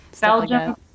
Belgium